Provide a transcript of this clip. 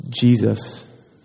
Jesus